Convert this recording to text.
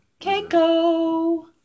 Keiko